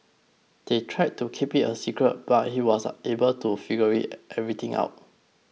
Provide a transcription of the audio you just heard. they tried to keep it a secret but he was able to figure everything out